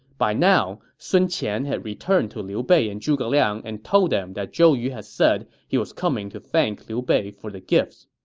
by now, sun qian had returned to liu bei and zhuge liang and told them that zhou yu said he was coming to thank liu bei for the gifts